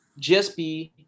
GSP